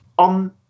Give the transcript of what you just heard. On